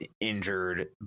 injured